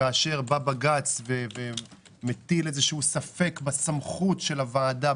כאשר בג"ץ מטיל ספק בסמכות של הוועדה,